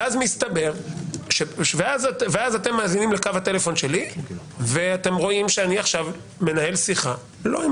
ואז אתם מאזינים לקו הטלפון שלי ואתם רואים שאני עכשיו מנהל שיחה לא עם